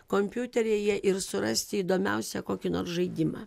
kompiuteryje ir surasti įdomiausią kokį nors žaidimą